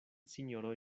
sinjoro